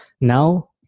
now